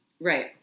Right